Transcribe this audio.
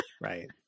right